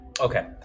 Okay